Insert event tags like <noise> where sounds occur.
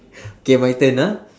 <breath> K my turn ah